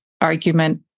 argument